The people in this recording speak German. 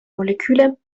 moleküle